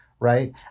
Right